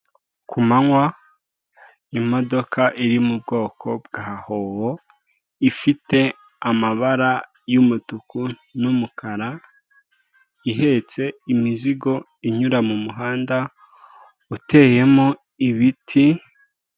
Ku manywa, n'imodoka iri mu bwoko bwa hoho ifite amabara y'umutuku n'umukara ihetse imizigo inyura mu muhanda uteyemo ibiti.